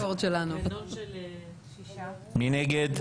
מי נגד?